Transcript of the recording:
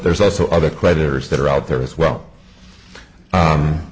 there's also other creditors that are out there as well